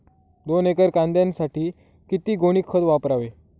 दोन एकर कांद्यासाठी किती गोणी खत वापरावे?